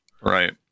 Right